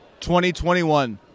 2021